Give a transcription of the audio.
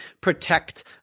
protect